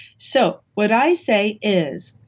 so, what i say is,